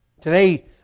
Today